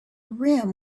rim